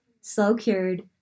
slow-cured